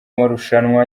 marushanwa